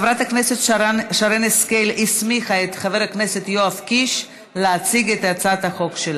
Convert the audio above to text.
ועוברת לוועדת חוקה חוק ומשפט להכנה לקריאה שנייה ושלישית.